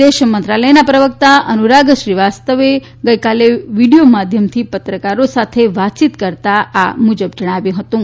વિદેશ મંત્રાલયનાં પ્રવક્તા અનુરાગ શ્રીવાસ્તવને ગઈકાલે વિડીયો માધ્યમથી પત્રકારો સાથે વાતચીત કરતા આ મુજબ જણાવ્યું હતું